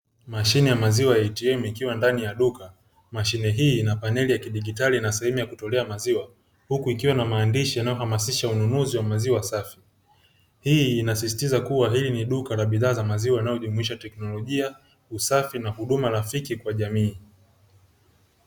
Mashine ya maziwa ya "ATM" ikiwa ndani ya duka mashine hii ina paneli ya kidigitali na sehemu ya kutolea maziwa huku ikiwa na maandishi yanayohamaisha ununuzi wa maziwa safi. Hii inasisitiza kuwa ni duka la bidhaa za maziwa inayojumlisha teknolojia usafi na huduma rafiki kwa jamii.